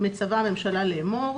מצווה הממשלה לאמור: